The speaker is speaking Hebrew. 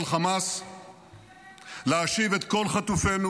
אל תקשיב לקולות האלה,